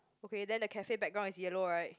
okay then the cafe background is yellow right